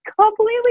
completely